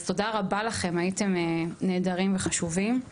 אז תודה רבה לכם, הייתם נהדרים וחשובים.